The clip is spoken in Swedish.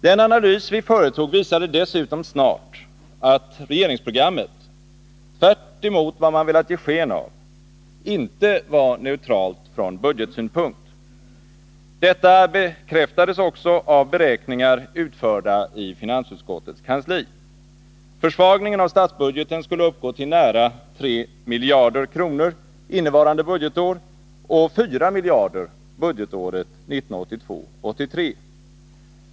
Den analys vi företog visade dessutom snart att regeringsprogrammet — tvärtemot vad man velat ge sken av — inte var neutralt från budgetsynpunkt. Detta bekräftades också av beräkningar utförda i finansutskottets kansli. Försvagningen av statsbudgeten skulle uppgå till nära 3 miljarder kronor innevarande budgetår och 4 miljarder budgetåret 1982/83.